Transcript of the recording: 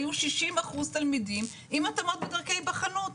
היו 60% תלמידים עם התאמות בדרכי היבחנות,